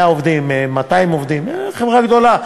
100 עובדים, 200 עובדים, חברה גדולה.